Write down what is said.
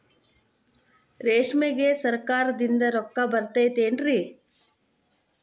ರೇಷ್ಮೆಗೆ ಸರಕಾರದಿಂದ ರೊಕ್ಕ ಬರತೈತೇನ್ರಿ?